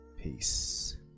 peace